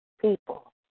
people